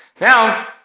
Now